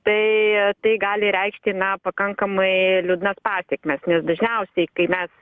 tai tai gali reikšti na pakankamai liūdnas pasekmes nes dažniausiai kai mes